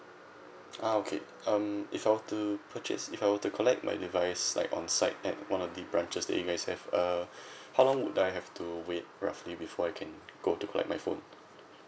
ah okay um if I were to purchase if I were to collect my device like on site at one of the branches that you guys have uh how long would I have to wait roughly before I can go to collect my phone